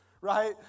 right